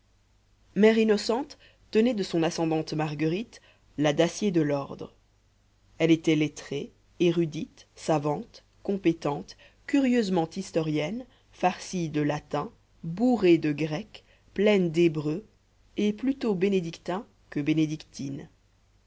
mère innocente tenait de son ascendante marguerite la dacier de l'ordre elle était lettrée érudite savante compétente curieusement historienne farcie de latin bourrée de grec pleine d'hébreu et plutôt bénédictin que bénédictine